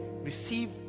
receive